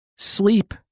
Sleep